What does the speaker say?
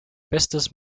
bestes